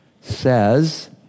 says